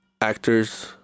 actors